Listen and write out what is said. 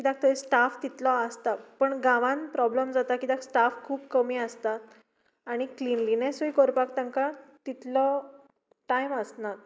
कित्याक थंय स्टाफ तितलो आसता पूण गांवांन प्रोबलम जाता कित्याक स्टाफ खूब कमी आसता आनी क्लिनीनसूय करपाक तांकां तितलो टायम आसना